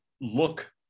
look